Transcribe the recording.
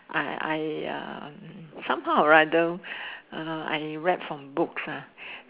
I I uh somehow or rather uh I read from books ah